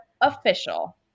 official